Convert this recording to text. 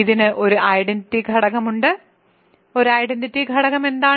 ഇതിന് ഒരു ഐഡന്റിറ്റി ഘടകമുണ്ട് ഒരു ഐഡന്റിറ്റി ഘടകം എന്താണ്